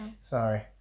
Sorry